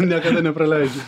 niekada nepraleidžiu